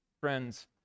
friends